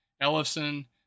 Ellison